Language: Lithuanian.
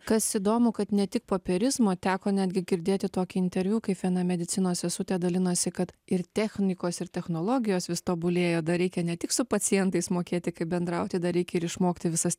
kas įdomu kad ne tik popierizmo teko netgi girdėti tokį interviu kaip viena medicinos sesutė dalinosi kad ir technikos ir technologijos vis tobulėja dar reikia ne tik su pacientais mokėti kaip bendrauti dar reikia ir išmokti visas